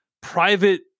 private